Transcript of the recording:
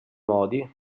modi